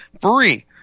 free